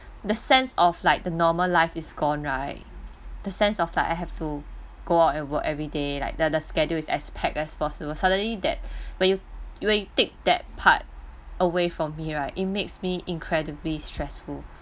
the sense of like the normal life is gone right the sense of like I have to go out and work everyday like the the schedule as packed as possible suddenly that when you when you take that part away from me right it makes me incredibly stressful